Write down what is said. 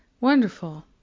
wonderful